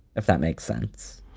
if that makes sense,